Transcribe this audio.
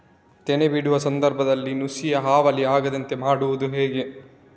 ತೆನೆ ಬಿಡುವ ಸಂದರ್ಭದಲ್ಲಿ ನುಸಿಯ ಹಾವಳಿ ಆಗದಂತೆ ಮಾಡುವುದು ಹೇಗೆ?